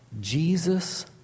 Jesus